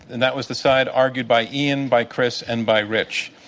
and that was the side argued by ian, by chris, and by rich.